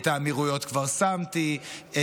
את האמירויות כבר שמתי,